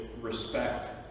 respect